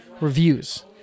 reviews